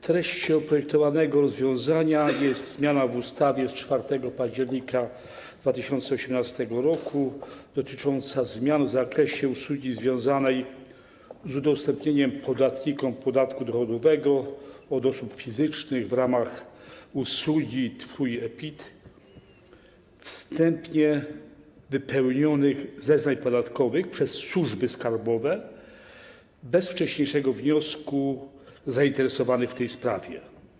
Treścią projektowanego rozwiązania jest nowelizacja ustawy z 4 października 2018 r. dotycząca zmian w zakresie usługi związanej z udostępnieniem podatnikom podatku dochodowego od osób fizycznych w ramach usługi Twój e-PIT możliwości wstępnego wypełnienia zeznań podatkowych przez służby skarbowe bez wcześniejszego wniosku zainteresowanych w tej sprawie.